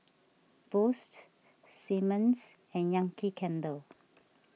Boost Simmons and Yankee Candle